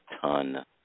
ton